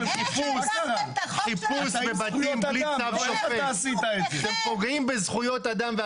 חיפוש בבתים בלי צו שופט שפוגעים בזכויות אדם.